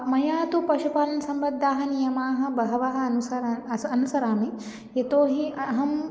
मया तु पशुपालनसम्बद्धान् नियमान् बहवः अनुसर अस अनुसरामि यतो हि अहं